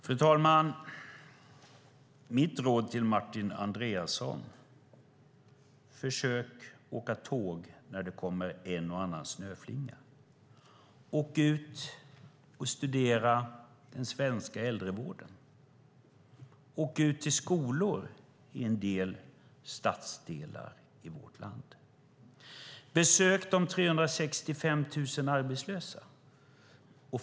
Fru talman! Mitt råd till Martin Andreasson: Försök åka tåg när det kommer en och annan snöflinga. Åk ut och studera den svenska äldrevården. Åk ut till skolor i en del stadsdelar i vårt land. Besök de 365 000 arbetslösa.